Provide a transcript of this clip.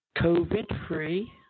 COVID-free